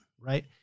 right